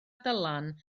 dylan